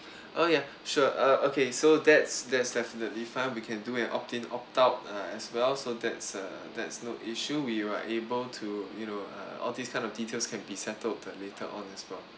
oh yeah sure uh okay so that's that's definitely fine we can do an opt in opt out uh as well so that's uh that's no issue we are able to you know uh all these kind of details can be settled on the later on as well